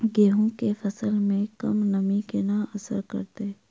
गेंहूँ केँ फसल मे कम नमी केना असर करतै?